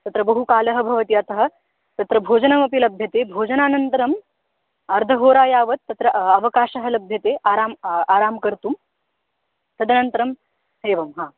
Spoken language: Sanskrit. तत्र बहु कालः भवति अतः तत्र भोजनमपि लभ्यते भोजनानन्तरं अर्धहोरा यावत् तत्र अवकाशः लभ्यते आरामः आरामः कर्तुं तदनन्तरम् एवं हा